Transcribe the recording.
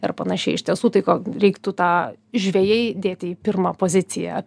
ir panašiai iš tiesų tai ko reiktų tą žvejai dėti į pirmą poziciją